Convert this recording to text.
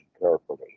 carefully